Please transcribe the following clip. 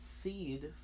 seed